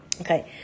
Okay